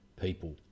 people